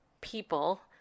people